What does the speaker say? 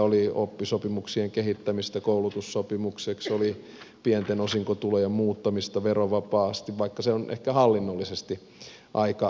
oli oppisopimuksien kehittämistä koulutussopimuksiksi oli pienten osinkotulojen muuttamista verovapaiksi vaikka se on ehkä hallinnollisesti aika vaikeata